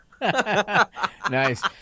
Nice